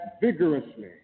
vigorously